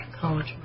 College